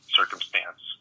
circumstance